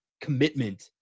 commitment